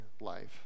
life